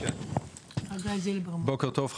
בוקר טוב,